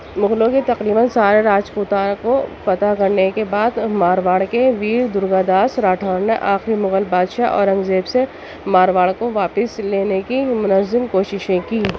مغلوں کے تقریباً سارے راجپوتانا کو فتح کرنے کے بعد مارواڑ کے ویر درگاداس راٹھوڑ نے آخری مغل بادشاہ اورنگ زیب سے مارواڑ کو واپس لینے کی منظم کوششیں کیں